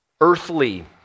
earthly